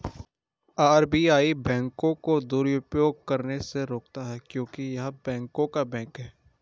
RBI बैंकों को दुरुपयोग करने से रोकता हैं क्योंकि य़ह बैंकों का बैंक हैं